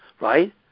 right